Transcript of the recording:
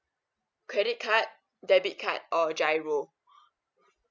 credit card debit card or giro